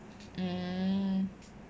mm